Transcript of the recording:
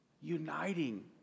uniting